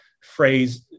phrase